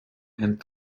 and